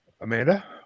Amanda